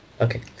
okay